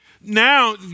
Now